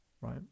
Right